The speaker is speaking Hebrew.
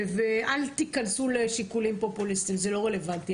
ואל תיכנסו לשיקולים פופוליסטיים, זה לא רלוונטי.